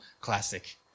Classic